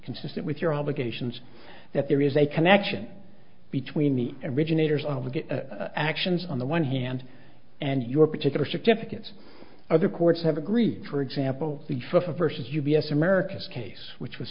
consistent with your obligations that there is a connection between the originators of the actions on the one hand and your particular certificate other courts have agreed for example the full vs u b s americas case which was